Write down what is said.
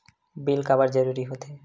Bill काबर जरूरी होथे?